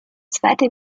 zweite